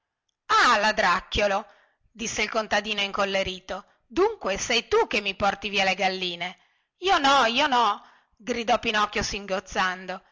ah ladracchiòlo disse il contadino incollerito dunque sei tu che mi porti via le galline io no io no gridò pinocchio singhiozzando